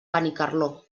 benicarló